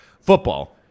football